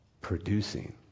producing